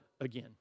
again